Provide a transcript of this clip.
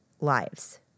lives